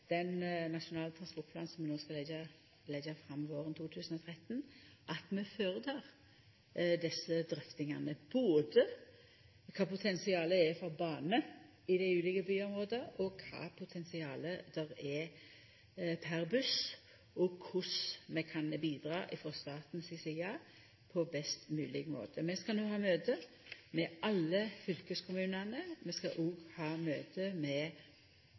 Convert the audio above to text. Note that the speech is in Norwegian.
Nasjonal transportplan som blir lagd fram våren 2013, føretek drøftingar om kva potensialet er for bane i dei ulike byområda, kva potensialet er per buss, og korleis vi kan bidra frå statens side på best mogleg måte. Vi skal no ha møte med alle fylkeskommunane, vi skal òg ha møte med